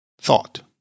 thought